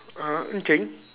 ah okay